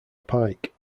pike